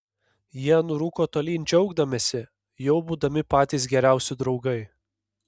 jie nurūko tolyn džiaugdamiesi jau būdami patys geriausi draugai